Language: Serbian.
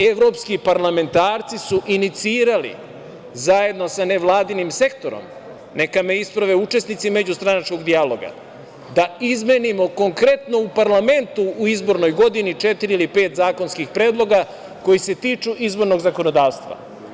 Evropski parlamentarci su inicirali zajedno sa nevladinim sektorom, neka me isprave učesnici međustranačkog dijaloga, da izmenimo konkretno u parlamentu u izbornoj godini četiri ili pet zakonskih predloga koji se tiču izbornog zakonodavstva.